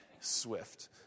swift